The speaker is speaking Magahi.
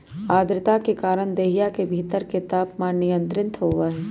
आद्रता के कारण देहिया के भीतर के तापमान नियंत्रित होबा हई